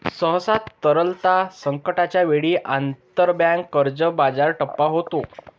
सहसा, तरलता संकटाच्या वेळी, आंतरबँक कर्ज बाजार ठप्प होतो